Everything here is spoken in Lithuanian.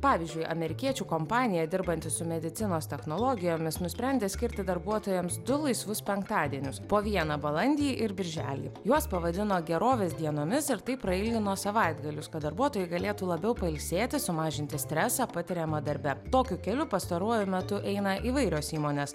pavyzdžiui amerikiečių kompanija dirbanti su medicinos technologijomis nusprendė skirti darbuotojams du laisvus penktadienius po vieną balandį ir birželį juos pavadino gerovės dienomis ir taip prailgino savaitgalius kad darbuotojai galėtų labiau pailsėti sumažinti stresą patiriamą darbe tokiu keliu pastaruoju metu eina įvairios įmonės